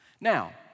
Now